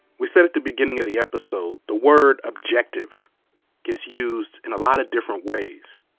we said at the beginning of the episode, the word objective gets used in a lot of different ways,